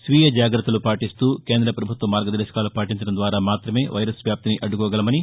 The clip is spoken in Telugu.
స్వీయ జాగ్రత్తలు పాటిస్తూ కేంద్ర ప్రభుత్వ మార్గదర్శకాలు పాటించడం ద్వారా మాత్రమే వైరస్ వ్యాప్తిని అడ్దుకోగలమని